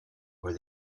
where